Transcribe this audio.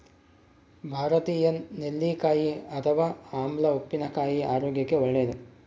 ಭಾರತೀಯ ನೆಲ್ಲಿಕಾಯಿ ಅಥವಾ ಆಮ್ಲ ಉಪ್ಪಿನಕಾಯಿ ಆರೋಗ್ಯಕ್ಕೆ ಒಳ್ಳೇದು